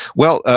well,